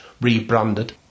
rebranded